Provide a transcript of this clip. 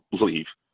leave